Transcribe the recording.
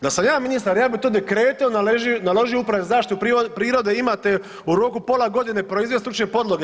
Da sam ja ministar ja bi to dekretom naložio Upravi za zaštitu prirode imate u roku pola godine proizvest stručne podloge.